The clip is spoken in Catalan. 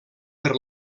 per